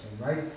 right